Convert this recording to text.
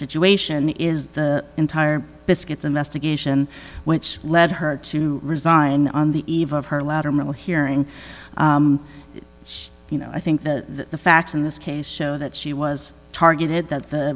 situation is the entire biscuits investigation which led her to resign on the eve of her lateral hearing you know i think that the facts and skase show that she was targeted that the